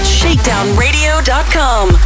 shakedownradio.com